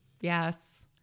Yes